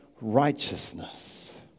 righteousness